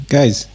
Guys